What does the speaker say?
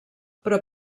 però